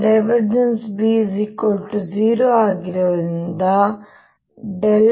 B 0 ಆಗಿರುವುದರಿಂದ ಅದು